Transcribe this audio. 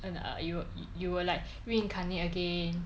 and uh you will you will like reincarnate again